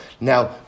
Now